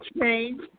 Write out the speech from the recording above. change